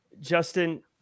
Justin